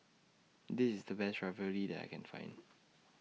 This IS The Best Ravioli that I Can Find